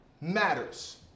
matters